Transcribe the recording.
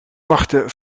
wachten